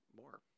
more